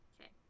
Okay